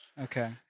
Okay